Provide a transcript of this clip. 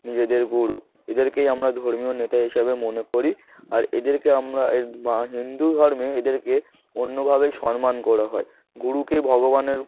নিজেদের গুরু এদেরকেই আমরা ধর্মীয় নেতা হিসাবে মনে করি আর এদেরকে আমরা হিন্দু ধর্মে এদেরকে অন্যভাবে সম্মান করা হয় গুরুকে ভগবানের